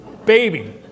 Baby